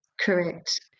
Correct